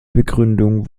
begründung